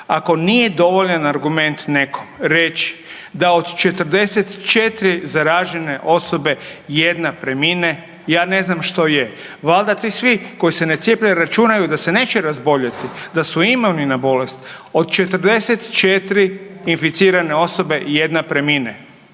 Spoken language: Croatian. Ako nije dovoljan argument nekom reći da od 44 zaražene osobe, jedna premine, ja ne znam što je. Valjda ti svi koji se ne cijepe računaju da se neće razboljeti, da su imuni na bolest. Od 44 inficirane osobe, jedna premine.